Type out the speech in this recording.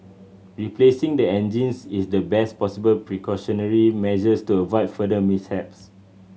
replacing the engines is the best possible precautionary measures to avoid further mishaps